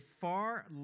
far